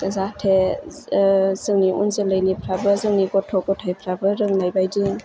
जाहाथे जोंनि उन जोलैनिफ्राबो जोंनि गथ' गथायफ्राबो रोंनायबादि